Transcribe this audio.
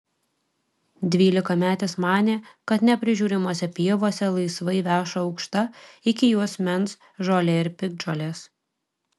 dvylikametis manė kad neprižiūrimose pievose laisvai veša aukšta iki juosmens žolė ir piktžolės